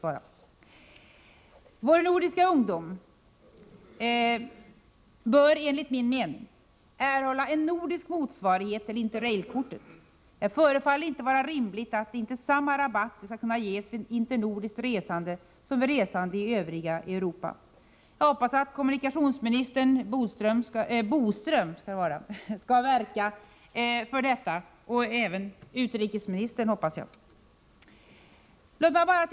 Vår nordiska ungdom bör enligt min mening erhålla en nordisk motsvarighet till interrailkortet. Det förefaller inte vara rimligt att inte samma rabatter skulle kunna ges vid internordiskt resande som vid resande i övriga Europa. Jag hoppas att kommunikationsminister Boström skall verka för detta — och även utrikesministern naturligtvis.